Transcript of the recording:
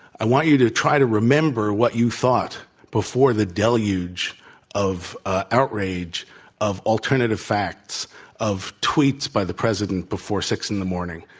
i want you to try to remember what you thought before the deluge of ah outrage of alternative facts of tweets by the president before six zero in the morning.